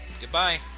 Goodbye